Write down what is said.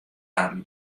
harren